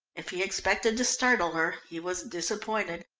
if he expected to startle her he was disappointed.